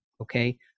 okay